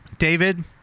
David